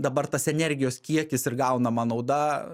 dabar tas energijos kiekis ir gaunama nauda